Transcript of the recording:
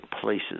places